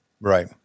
Right